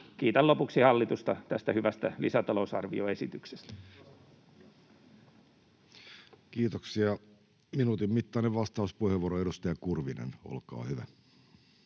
Kiitän lopuksi hallitusta tästä hyvästä lisätalousarvioesityksestä. Kiitoksia. — Minuutin mittainen vastauspuheenvuoro, edustaja Kurvinen, olkaa hyvä.